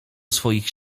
swoich